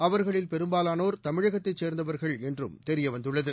அவர்களில் பெரும்பாவோர் தமிழகத்தைச் சேர்ந்தவர்கள் என்றும் தெரியவந்துள்ளது